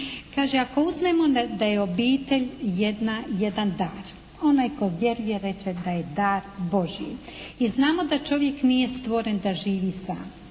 Kaže ako uzmemo da je obitelj jedna, jedan dar. Onaj tko vjeruje reče da je dar Božji. I znamo da čovjek nije stvoren da živi sam.